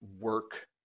work